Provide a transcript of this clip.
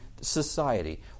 society